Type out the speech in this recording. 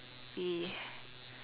y~